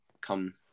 come